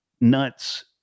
nuts